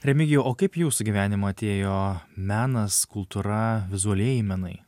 remigijau o kaip į jūsų gyvenimą atėjo menas kultūra vizualieji menai